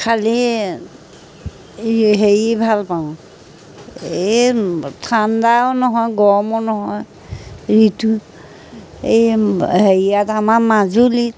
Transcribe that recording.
খালী এই হেৰি ভালপাওঁ এই ঠাণ্ডাও নহয় গৰমো নহয় ঋতু এই হেৰিয়াত আমাৰ মাজুলীত